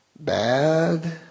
Bad